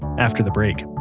after the break